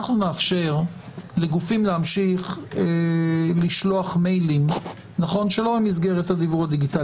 נאפשר לגופים להמשיך לשלוח מיילים שלא במסגרת הדיוור הדיגיטלי.